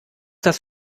das